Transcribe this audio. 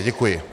Děkuji.